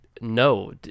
no